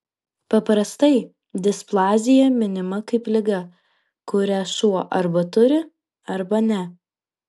paprastai displazija minima kaip liga kurią šuo arba turi arba ne